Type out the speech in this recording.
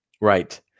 Right